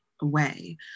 away